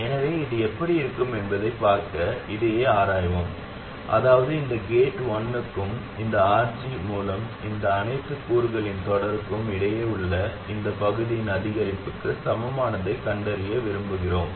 எனவே இது எப்படி இருக்கும் என்பதைப் பார்க்க இதையே ஆராய்வோம் அதாவது இந்த கேட் 1 க்கும் இந்த RG மூலம் இந்த அனைத்து கூறுகளின் தொடருக்கும் இடையே உள்ள இந்த பகுதியின் அதிகரிப்புக்கு சமமானதைக் கண்டறிய விரும்புகிறோம்